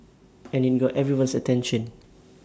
and IT got everyone's attention